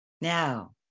Now